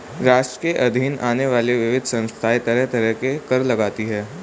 राष्ट्र के अधीन आने वाली विविध संस्थाएँ तरह तरह के कर लगातीं हैं